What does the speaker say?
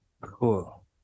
cool